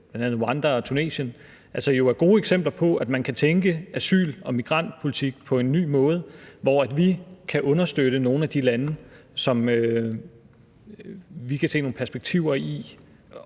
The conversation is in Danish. bl.a. Rwanda og Tunesien – jo er gode eksempler på, at man kan tænke asyl- og migrantpolitik på en ny måde, hvor vi kan understøtte nogle af de lande, som vi kan se nogle perspektiver i